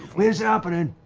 where's it happening?